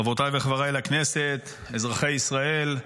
חברותיי וחבריי לכנסת, אזרחי ישראל,